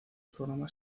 programa